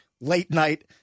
late-night